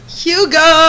hugo